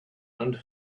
and